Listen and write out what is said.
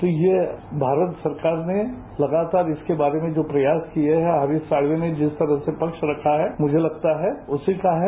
तो यह भारत सरकार ने लगातार इसके बारे में जो प्रयास किए हैं और हरीश साल्वे ने जिस तरह से पक्ष रखा है मुझे लगाता है उसी का है